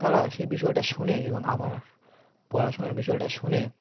তারা সেই বিষয়টা শুনে এবং আমার পড়াশুনোর বিষয়টা শুনে